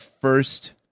first